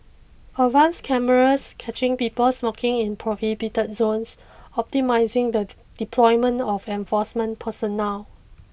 advanced cameras catching people smoking in prohibited zones optimising the deployment of enforcement personnel